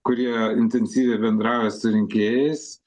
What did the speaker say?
kurie intensyviai bendrauja su rinkėjais